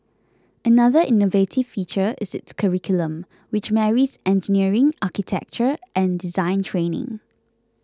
another innovative feature is its curriculum which marries engineering architecture and design training